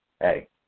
Hey